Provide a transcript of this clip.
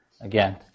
Again